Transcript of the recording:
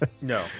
No